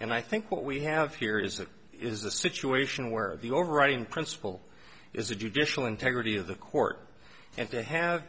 and i think what we have here is that is the situation where the overriding principle is the judicial integrity of the court and to have